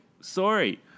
Sorry